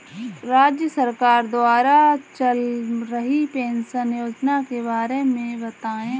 राज्य सरकार द्वारा चल रही पेंशन योजना के बारे में बताएँ?